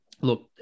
Look